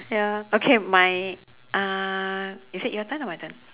ya okay my uh is it your turn or my turn